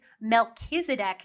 Melchizedek